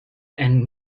and